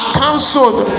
cancelled